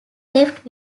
left